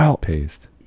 paste